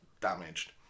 damaged